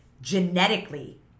genetically